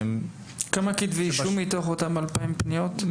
כמה כתבי אישום מתוך אותן 2,000 פניות?